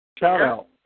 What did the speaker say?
Shout-out